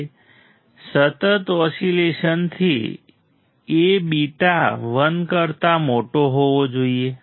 હવે સતત ઓસિલેશનથી A બીટા 1 કરતા મોટો હોવો જોઈએ